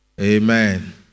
Amen